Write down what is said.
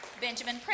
Benjamin